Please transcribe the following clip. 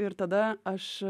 ir tada aš